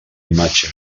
imatge